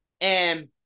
And-